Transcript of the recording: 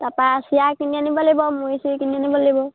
তাৰপৰা চিৰা কিনি আনিব লাগিব মুড়ি চুড়ি কিনি আনিব লাগিব